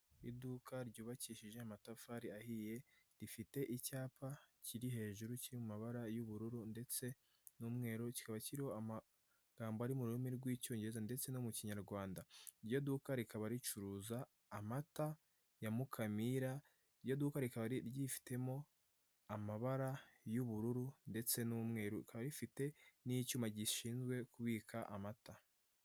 Iduka ryubakishije amatafari ahiye, rifite icyapa kiri hejuru kiri mu mabara y'ubururu ndetse n'umweru, kikaba kiriho amagambo ari mu rurimi rw'icyongereza ndetse no mu kinyarwanda, iryo duka rikaba ricuruza amata ya mukamira iryo duka rikaba ryifitemo amabara y'ubururu ndetse n'umweru, rikaba rifite n'icyuma gishinzwe kubika amata.